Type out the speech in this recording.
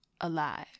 alive